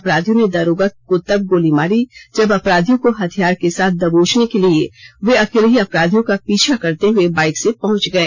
अपराधियों ने दरोगा को गोली तब मारी जब अपराधियों को हथियार के साथ दबोचने के लिए वे अकेले ही अपराधियों का पीछा करते हुए बाइक से पहुंच गए